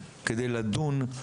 כדי לדון,